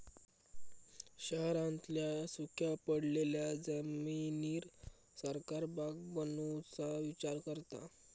शहरांतल्या सुख्या पडलेल्या जमिनीर सरकार बाग बनवुचा विचार करता